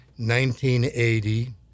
1980